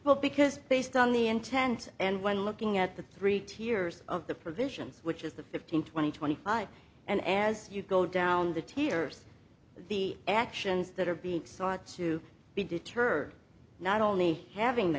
because based on the intent and when looking at the three tiers of the provisions which is the fifteen twenty twenty five and as you go down the tiers the actions that are being sought to be deterred not only having the